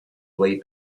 way